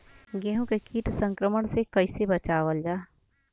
गेहूँ के कीट संक्रमण से कइसे बचावल जा?